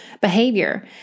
behavior